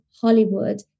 Hollywood